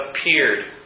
appeared